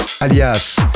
alias